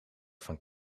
van